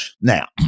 Now